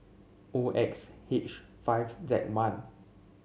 O X H five Z one